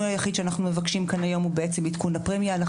שאנחנו מבקשים כאן היום הוא עדכון הפרמיה,